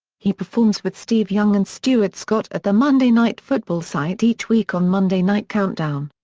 he performs with steve young and stuart scott at the monday night football site each week on monday night countdown.